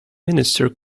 minister